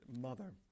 mother